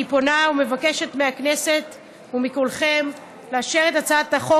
אני פונה ומבקשת מהכנסת ומכולכם לאשר את הצעת החוק